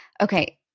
Okay